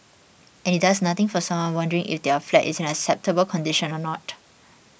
and it does nothing for someone wondering if their flat is in acceptable condition or not